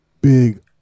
big